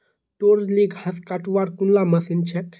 तोर ली घास कटवार कुनला मशीन छेक